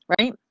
right